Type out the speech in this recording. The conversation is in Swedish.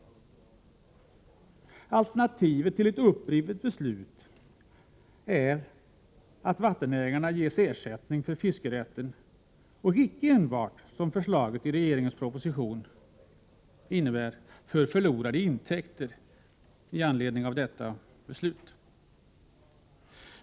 Alternativet till att beslutet rivs upp är att vattenägarna ges ersättning för fiskerätten, och det räcker inte — som föreslagits i regeringens proposition — med ersättning enbart för förlorade intäkter med anledning av beslutet.